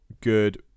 good